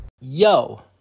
Yo